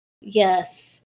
Yes